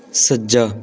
ਸੱਜਾ